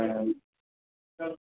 হয়